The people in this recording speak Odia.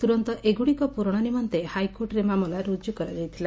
ତୁରନ୍ତ ଏଗୁଡ଼ିକ ପୂରଣ ନିମନ୍ତେ ହାଇକୋର୍ଟରେ ମାମଲା ର୍ଚକୁ କରାଯାଇଥିଲା